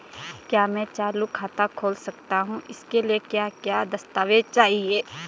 क्या मैं चालू खाता खोल सकता हूँ इसके लिए क्या क्या दस्तावेज़ चाहिए?